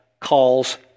calls